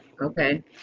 Okay